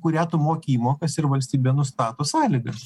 kurią tu moki įmokas ir valstybė nustato sąlygas